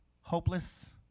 hopeless